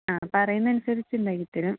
ആ പറയുന്നതനുസരിച്ച് ഉണ്ടാക്കിത്തരും